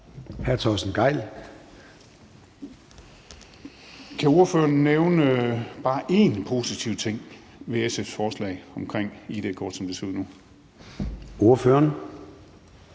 Torsten Gejl (ALT): Kan ordføreren nævne bare én positiv ting ved SF's forslag om id-kort, som det ser ud nu? Kl.